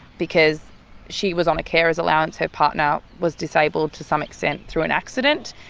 because she was on a carer's allowance, her partner was disabled to some extent through an accident,